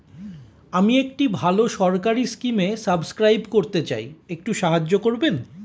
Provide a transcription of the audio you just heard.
আমি একটি ভালো সরকারি স্কিমে সাব্সক্রাইব করতে চাই, একটু সাহায্য করবেন?